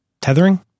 tethering